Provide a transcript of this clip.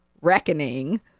reckoning